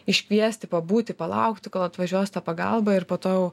iškviesti pabūti palaukti kol atvažiuos ta pagalba ir po to jau